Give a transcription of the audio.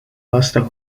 basta